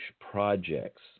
projects